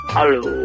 Hello